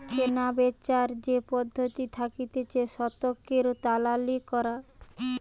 কেনাবেচার যে পদ্ধতি থাকতিছে শতকের দালালি করা